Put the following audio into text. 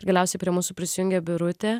ir galiausiai prie mūsų prisijungė birutė